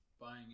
buying